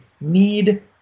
need